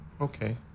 Okay